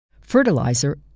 Fertilizer